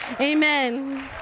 Amen